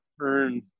earn